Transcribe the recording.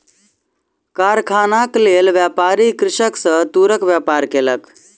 कारखानाक लेल, व्यापारी कृषक सॅ तूरक व्यापार केलक